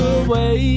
away